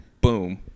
boom